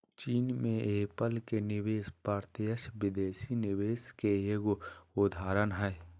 चीन मे एप्पल के निवेश प्रत्यक्ष विदेशी निवेश के एगो उदाहरण हय